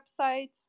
website